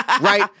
Right